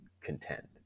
contend